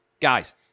Guys